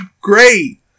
great